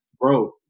Bro